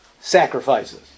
sacrifices